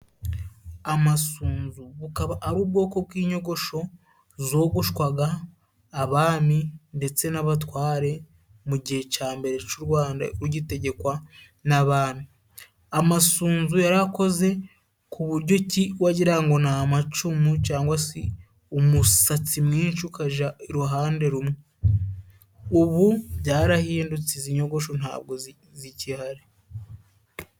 Amasunzu. Bukaba ari ubwoko bw'inyogosho zogoshwaga abami ndetse n'abatware, mu gihe cya mbere cy'u rwanda rugitegekwa n'abami. Amasunzu yari arakoze ku buryo ki wagira ngo ni amacumu cyangwa se umusatsi mwinshi iruhande rumwe. Ubu byarahindutse izi nyogosho ntabwo zigihari.